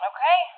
Okay